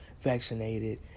vaccinated